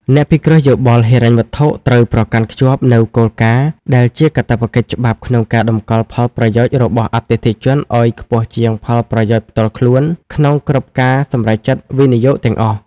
អ្នកពិគ្រោះយោបល់ហិរញ្ញវត្ថុត្រូវប្រកាន់ខ្ជាប់នូវគោលការណ៍ ដែលជាកាតព្វកិច្ចច្បាប់ក្នុងការតម្កល់ផលប្រយោជន៍របស់អតិថិជនឱ្យខ្ពស់ជាងផលប្រយោជន៍ផ្ទាល់ខ្លួនក្នុងគ្រប់ការសម្រេចចិត្តវិនិយោគទាំងអស់។